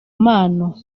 mpano